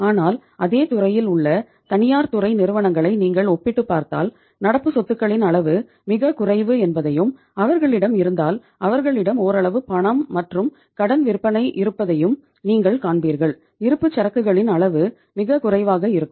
ஆனால் அதே துறையில் உள்ள தனியார் துறை நிறுவனங்களை நீங்கள் ஒப்பிட்டுப் பார்த்தால் நடப்பு சொத்துகளின் அளவு மிகக் குறைவு என்பதையும் அவர்களிடம் இருந்தால் அவர்களிடம் ஓரளவு பணம் மற்றும் கடன் விற்பனை இருப்பதையும் நீங்கள் காண்பீர்கள் இருப்புச்சரக்குகளின் அளவு மிகக் குறைவாக இருக்கும்